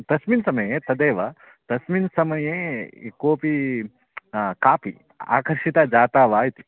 तस्मिन् समये तदेव तस्मिन् समये यः कोपि कापि आकर्षिता जाता वा इति